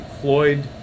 Floyd